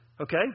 Okay